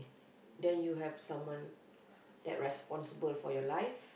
then you have someone that responsible for your life